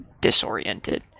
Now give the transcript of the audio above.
disoriented